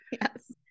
Yes